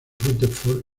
rutherford